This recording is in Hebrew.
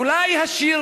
// אולי השיר,